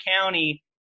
County